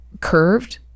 curved